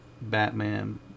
Batman